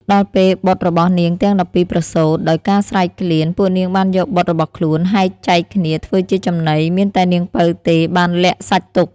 ដល់ពេលបុត្ររបស់នាងទាំង១២ប្រសូត ដោយការស្រេកឃ្លាន ពួកនាងបានយកបុត្ររបស់ខ្លួនហែកចែកគ្នាធ្វើជាចំណី មានតែនាងពៅទេបានលាក់សាច់ទុក។